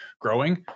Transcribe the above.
growing